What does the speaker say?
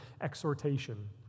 exhortation